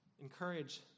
Encourage